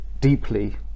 deeply